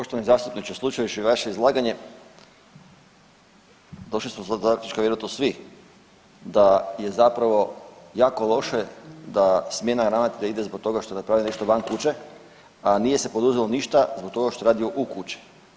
Poštovani zastupniče, slušajući vaše izlaganje došli smo do zaključka vjerojatno svi da je zapravo jako loše da smjena ravnatelja ide zbog toga što je napravio nešto van kuće, a nije se poduzelo ništa zbog toga što je radio u kući.